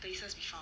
places before